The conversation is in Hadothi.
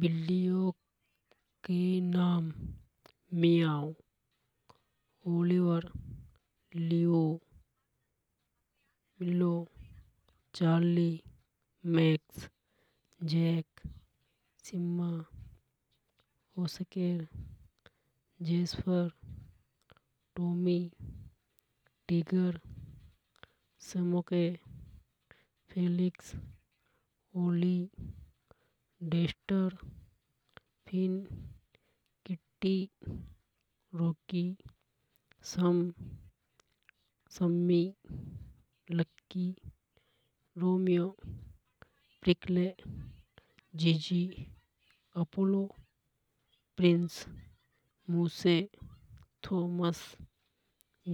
बिल्लियों के नाम मियाव ओलिवर लियो पिल्लों Charlie Max Simba Oscar Jasper Tommy Tiger. Smokey Felix Ollie Dexter Finn Kitty Rocky संग Sammy Lucky Romeo Pickle Gigi Apollo Prince Moose Thomas